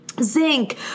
Zinc